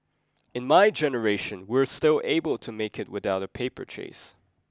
in my generation we were still able to make it without a paper chase